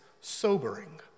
sobering